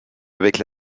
avec